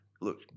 look